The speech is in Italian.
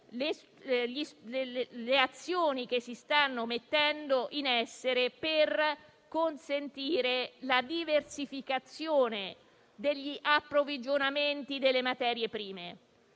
le azioni che si stanno ponendo in essere per consentire la diversificazione degli approvvigionamenti delle materie prime.